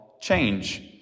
Change